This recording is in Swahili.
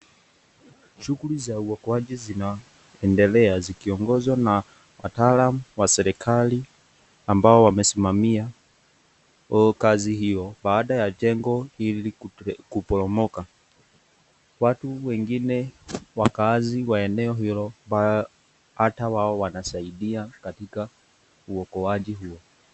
Shughuli za uokoaji zinaendelea zikiongozwa na wataalamu wa serikali ambao wanasimamia kazi hiyo baada ya jengo hili kuporomoka. Watu wengine? wakaazi wa eneo hilo hata wao wanasaidia uokoaji huo.